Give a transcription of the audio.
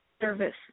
service